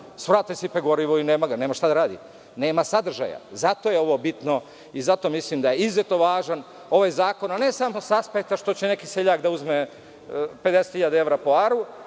svrate, sipaju gorivo i nama ih, nemaju šta da rade. Nema sadržaja. Zato je ovo bitno i zato mislim da je izuzetno važan ovaj zakon, a ne samo sa aspekta što će neki seljak da uzme 50.000 evra po aru,